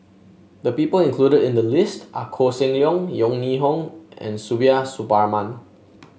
the people included in the list are Koh Seng Leong Yeo Ning Hong and Suparman